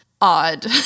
odd